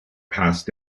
passed